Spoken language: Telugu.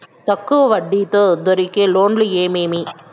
తక్కువ వడ్డీ తో దొరికే లోన్లు ఏమేమి